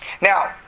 Now